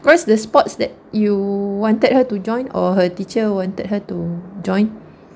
what's the sports that you wanted her to join or her teacher wanted her to join